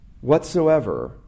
whatsoever